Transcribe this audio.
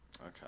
Okay